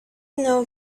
know